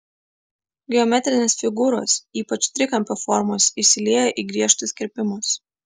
geometrinės figūros ypač trikampio formos įsilieja į griežtus kirpimus